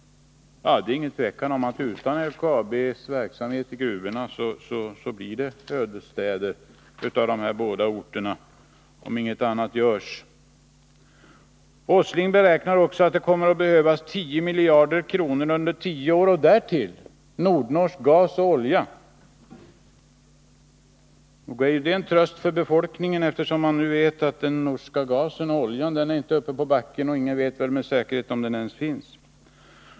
Det är inget tvivel om att utan LKAB:s verksamhet i gruvorna blir det ödestäder av de här båda orterna, om inget annat görs. Statsrådet Åsling beräknar också att det kommer att behövas 10 miljarder kronor under tio år och därtill nordnorsk gas och olja. Nog är det en tröst för befolkningen. Den norska gasen och oljan är inte uppe på backen, och ingen vet med säkerhet om den ens finns.